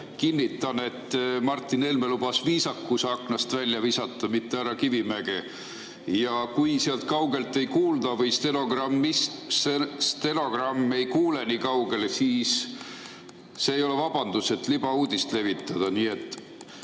kinnitada, et Martin Helme lubas viisakuse aknast välja visata, mitte härra Kivimäge. Kui sealt kaugelt ei kuulda või stenogramm ei kuule nii kaugele, siis see ei ole vabandus, et libauudist levitada.